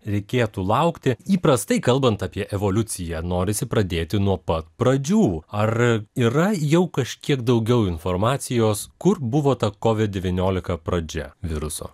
reikėtų laukti įprastai kalbant apie evoliuciją norisi pradėti nuo pat pradžių ar yra jau kažkiek daugiau informacijos kur buvo ta kovid devyniolika pradžia viruso